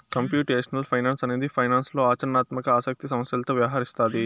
computational finance అనేది ఫైనాన్స్లో ఆచరణాత్మక ఆసక్తి సమస్యలతో వ్యవహరిస్తాది